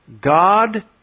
God